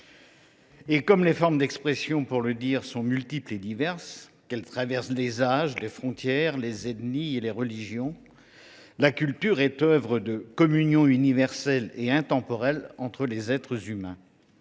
». Comme les formes d’expression pour le dire sont multiples et diverses, qu’elles traversent les âges, les frontières, les ethnies et les religions, la culture est œuvre de communion universelle et intemporelle entre les êtres humains.